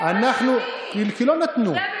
למניעת איחוד